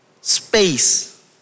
space